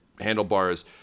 handlebars